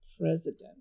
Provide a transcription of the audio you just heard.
president